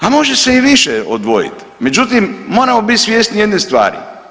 A može se i više odvojiti, međutim, moramo biti svjesni jedne stvari.